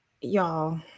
y'all